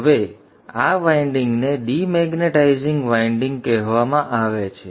હવે આ વાઇન્ડિંગને ડિમેગ્નેટાઇઝિંગ વાઇન્ડિંગ કહેવામાં આવે છે